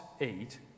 eat